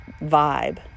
vibe